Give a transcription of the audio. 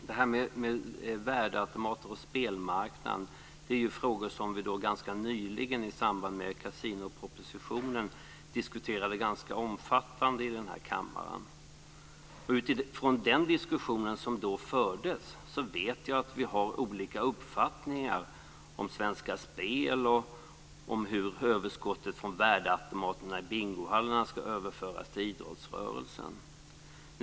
Fru talman! Värdeautomater och spelmarknaden är frågor som vi ganska nyligen, i samband med kasinopropositionen, diskuterade ganska omfattande i den här kammaren. Utifrån den diskussion som då fördes vet jag att vi har olika uppfattningar om Svenska Spel och hur överskottet från värdeautomaterna i bingohallarna ska överföras till idrottsrörelsen.